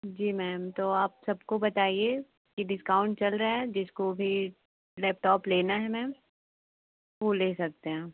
जी ma'am तो आप सबको बताइए कि डिस्काउंट चल रहा है जिसको भी लैपटॉप लेना है मैम वो ले सकते हैं